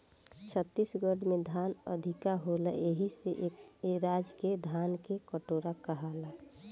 छत्तीसगढ़ में धान अधिका होला एही से ए राज्य के धान के कटोरा कहाला